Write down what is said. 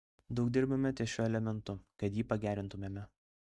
daug dirbame ties šiuo elementu kad jį pagerintumėme